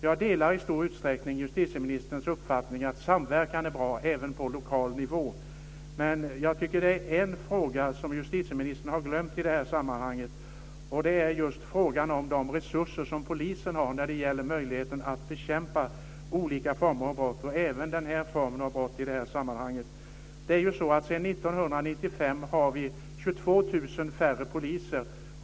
Jag delar i stor utsträckning justitieministerns uppfattning att samverkan är bra även på lokal nivå, men jag tycker att det är en fråga som justitieministern har glömt i det här sammanhanget, och det är just frågan om de resurser som polisen har när det gäller möjligheten att bekämpa olika former av brott och även den här formen av brott i det här sammanhanget. Sedan 1995 har vi 22 000 färre poliser.